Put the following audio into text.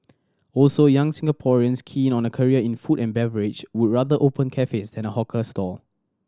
also young Singaporeans keen on a career in food and beverage would rather open cafes than a hawker stall